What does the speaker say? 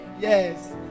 Yes